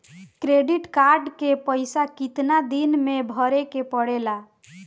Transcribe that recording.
Credit card के पइसा कितना दिन में भरे के पड़ेला?